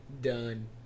Done